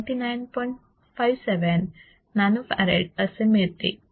57 nano farad असे मिळते